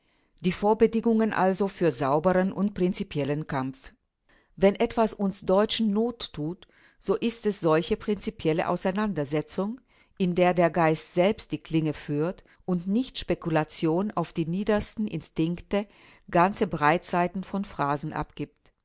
die vorbedingungen also für sauberen und prinzipiellen kampf wenn etwas uns deutschen nottut so ist es solche prinzipielle auseinandersetzung in der der geist selbst die klinge führt und nicht spekulation auf die niedersten instinkte ganze breitseiten von phrasen abgibt